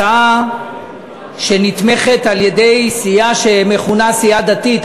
הצעה שנתמכת על-ידי סיעה שמכונה סיעה דתית,